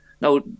Now